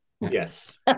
Yes